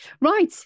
right